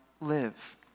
live